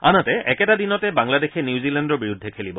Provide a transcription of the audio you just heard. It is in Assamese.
আনহাতে একেটা দিনতে বাংলাদেশে নিউজিলেণ্ডৰ বিৰুদ্ধে খেলিব